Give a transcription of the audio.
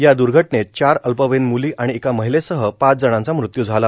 या दुर्घटनेत चार अल्पवयीन म्ली आणि एका महिलेसह पाच जणांचा मृत्य् झाला